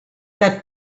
that